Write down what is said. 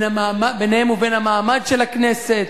ביניהן ובין המעמד של הכנסת,